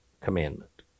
commandment